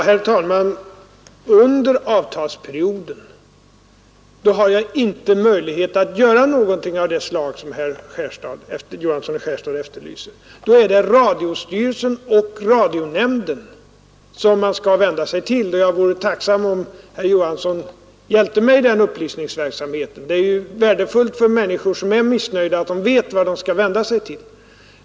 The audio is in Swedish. Herr talman! Under avtalsperioden har jag inte möjlighet att göra någonting av det slag som herr Johansson i Skärstad efterlyser. Då är det radiostyrelsen och radionämnden som man skall vända sig till, och jag vore tacksam om herr Johansson hjälpte mig i den upplysningsverksamheten. Det är ju värdefullt för människor som är missnöjda att de vet vem de skall vända sig till.